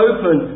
Open